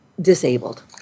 disabled